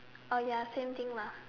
oh ya same thing lah